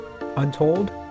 untold